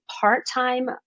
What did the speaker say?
part-time